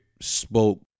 spoke